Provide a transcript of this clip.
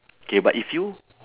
K but if you